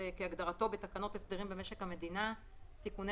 כהגדרתו בתקנות הסדרים במשק המדינה (תיקוני